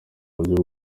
buryo